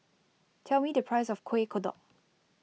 tell me the price of Kuih Kodok